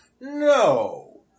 No